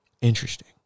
Interesting